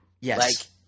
Yes